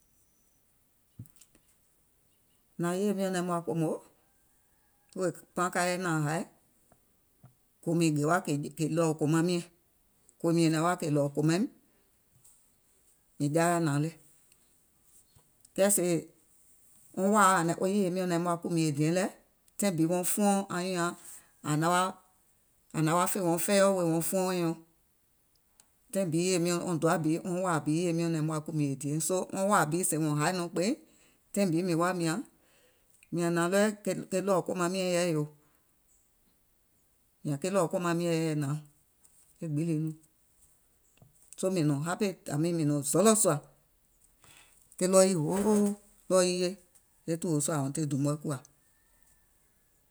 Nààŋ yèye miɔ̀ŋ naim wa kòmò, kòò mìŋ gè wa kè ɗɔ̀ɔ̀ kòmaŋ miɛ̀ŋ, kòò mìŋ nyɛ̀nɛ̀ŋ wa kè ɗɔ̀ɔ̀ kòmaim mìŋ jaayaà nàaŋ lɛ̀. Kɛɛ sèè wɔŋ wààa wo yèye miɔ̀ŋ naim wa kùmìè diɛŋ lɛ̀, taìŋ bi wɔŋ fuɔŋ, anyùùŋ nyaŋ naŋ wa fè wɔŋ fɛiɔ̀ wèè wɔŋ fuɔŋ wɛɛ̀ŋ nyɔŋ. E taìŋ bi wo yèye miŋ nyɔ̀ŋ wɔŋ wàà bi wo yèye miɔ̀ŋ naim wa kùmìè diɛŋ, soo sèè wɔŋ wàà bi sèè wɔ̀ŋ haì nɔŋ kpeìŋ, taìŋ bi mìŋ woà mìàŋ, nàaŋ ɗɔɔyɛɛ̀ ke ɗɔ̀ɔ̀ kòmaŋ miɛ̀ŋ yɛɛ̀ yòò, mìn nyààŋ ke ɗɔ̀ɔ̀ kòmaŋ miɛ̀ŋ yɛɛ̀ nàaŋ, e gbiŋ lii, soo mìŋ nɔ̀n happy i mean mìŋ nɔ̀ŋ zɔlɔ̀ sùà, ke ɗɔɔ yii hoo ke ɗɔɔ yii e jèè sùà dùùm mɔɛ kùwà.